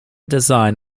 design